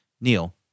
Neil